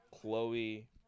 Chloe